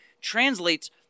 translates